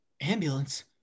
Ambulance